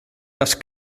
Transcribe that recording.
das